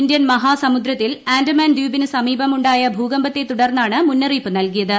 Indian മഹാസമുദ്രത്തിൽ ആൻഡമാൻ ദ്വീപിനു സമീപം ഉണ്ടായ ഭുകമ്പത്തെതുടർന്നാണ് മുന്നറിയ്ക്കിപ്പ് നൽകിയത്